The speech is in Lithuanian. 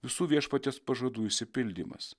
visų viešpaties pažadų išsipildymas